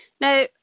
Now